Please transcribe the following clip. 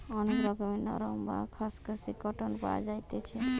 অনেক রকমের নরম, বা খসখসে কটন পাওয়া যাইতেছি